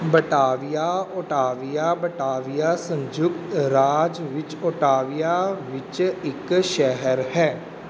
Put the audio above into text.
Batavia ਉਟਾਵੀਆ Batavia ਸੰਯੁਕਤ ਰਾਜ ਵਿੱਚ ਉਟਾਵੀਆ ਵਿੱਚ ਇੱਕ ਸ਼ਹਿਰ ਹੈ